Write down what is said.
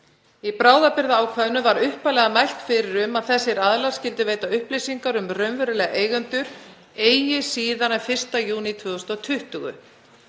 Í bráðabirgðaákvæðinu var upphaflega mælt fyrir um að þessir aðilar skyldu veita upplýsingar um raunverulega eigendur eigi síðar en 1. júní 2020.